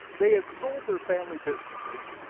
they had sold their family businesses,